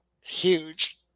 huge